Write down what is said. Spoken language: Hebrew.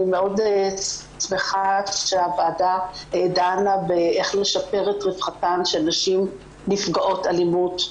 אני שמחה מאוד שהוועדה דנה איך לשפר את רווחתן של נשים נפגעות אלימות,